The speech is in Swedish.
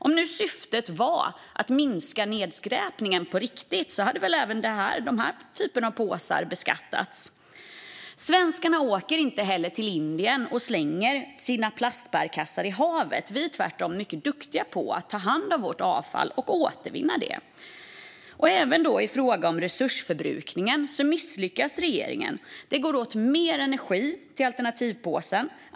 Om nu syftet var att minska nedskräpningen på riktigt hade väl även den typen av påsar beskattats. Svenskarna åker inte heller till Indien och slänger sina plastbärkassar i havet - vi är tvärtom mycket duktiga på att ta hand om och återvinna vårt avfall. Även i fråga om resursförbrukningen misslyckas regeringen: Det går åt mer energi till alternativpåsen.